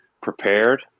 prepared